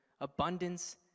abundance